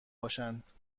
باشند